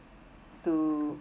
to